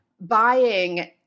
buying